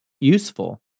useful